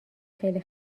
خیلی